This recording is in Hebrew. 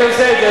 אני עושה את זה,